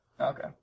Okay